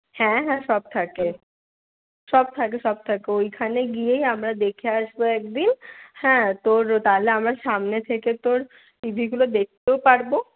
হ্যাঁ হ্যাঁ সব থাকে সব থাকে সব থাকে ঐখানে গিয়েই দেখে আসবো এক দিন হ্যাঁ তোর তাহলে আমরা সামনে থেকে তোর টি ভিগুলো দেখতেও পারবো